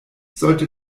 sollte